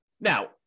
Now